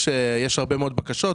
יש הרבה מאוד בקשות,